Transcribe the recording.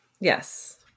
Yes